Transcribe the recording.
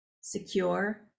secure